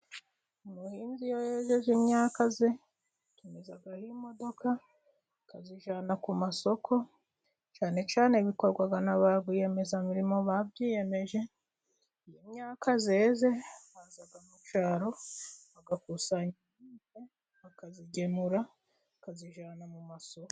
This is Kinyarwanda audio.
Umuhinzi iyo yejeje imyaka ye, atumizaho imodoka, ikayijyana ku masoko, cyane cyane bikorwa naba rwiyemeza mirimo babyiyemeje, iyo imyaka yeze baza mu cyaro bagakusanya imyaka bakayigemura, bakayijyana mu masoko.